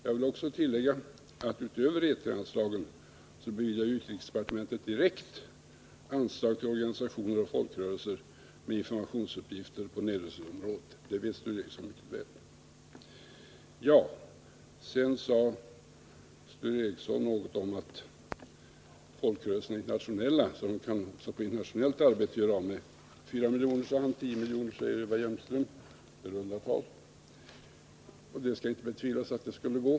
Jag vill också tillägga att över E 3-anslaget beviljar utrikesdepartementet direkt anslag till organisationer och folkrörelser med informationsuppgifter på nedrustningsområdet. Det vet Sture Ericson mycket väl. Sture Ericson sade någonting om att folkrörelserna är internationella och att de på internationellt arbete kan göra av med 4 miljoner — 10 miljoner sade Eva Hjelmström; det är runda tal. Det skall inte betvivlas att det skulle gå.